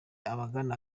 abagana